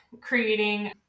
creating